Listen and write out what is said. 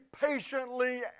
patiently